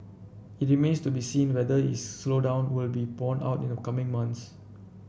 it remains to be seen whether is slowdown will be borne out in the coming months